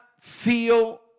feel